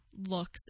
looks